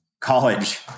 college